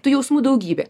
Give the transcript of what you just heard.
tų jausmų daugybė